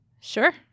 Sure